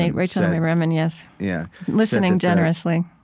rachel naomi remen, yes. yeah listening generously.